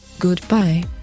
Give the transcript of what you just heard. Goodbye